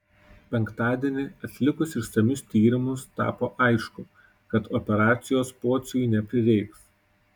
penktadienį atlikus išsamius tyrimus tapo aišku kad operacijos pociui neprireiks